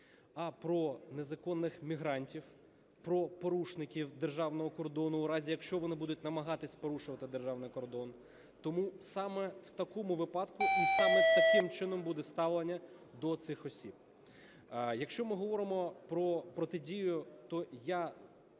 а про незаконних мігрантів, про порушників державного кордону у разі, якщо вони будуть намагатись порушувати державний кордон. Тому саме в такому випадку і саме таким чином буде ставлення до цих осіб. Якщо ми говоримо про протидію, то я